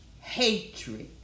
hatred